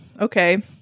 Okay